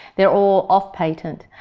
they are all off patent.